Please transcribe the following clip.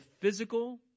physical